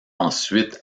ensuite